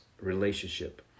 relationship